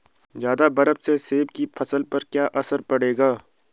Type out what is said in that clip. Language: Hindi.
ज़्यादा बर्फ से सेब की फसल पर क्या असर पड़ेगा?